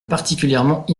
particulièrement